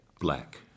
black